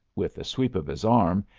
with a sweep of his arm,